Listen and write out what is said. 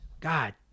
god